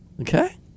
Okay